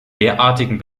derartigen